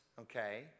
okay